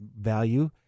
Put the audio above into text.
value